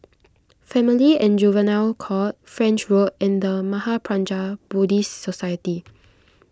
Family and Juvenile Court French Road and the Mahaprajna Buddhist Society